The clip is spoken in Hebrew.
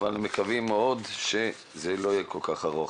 אבל מקווים מאוד שזה לא יהיה כל כך ארוך.